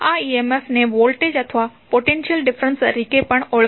આ EMF ને voltage અથવા પોટેન્શિયલ ડિફરેન્સ તરીકે પણ ઓળખાય છે